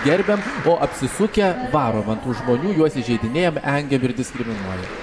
gerbiam o apsisukę varom ant tų žmonių juos įžeidinėjam engiam ir diskriminuojam